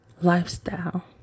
lifestyle